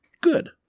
Good